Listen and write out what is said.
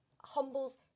Humbles